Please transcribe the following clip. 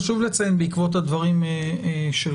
חשוב לציין בעקבות הדברים שלך,